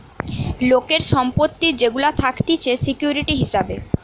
লোকের সম্পত্তি যেগুলা থাকতিছে সিকিউরিটি হিসাবে